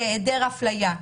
היעדר אפליה.